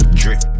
drip